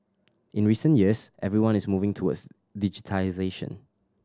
in recent years everyone is moving towards digitisation